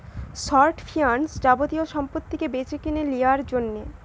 short finance যাবতীয় সম্পত্তিকে বেচেকিনে লিয়ার জন্যে